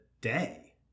day